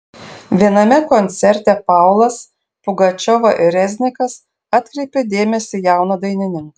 viename koncerte paulas pugačiova ir reznikas atkreipė dėmesį į jauną dainininką